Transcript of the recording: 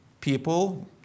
people